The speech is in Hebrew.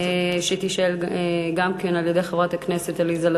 שתישאל גם כן על-ידי חברת הכנסת עליזה לביא,